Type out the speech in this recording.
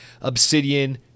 Obsidian